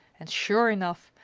and sure enough,